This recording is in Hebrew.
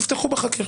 תפתחו בחקירה.